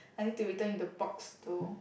I need to return you the box though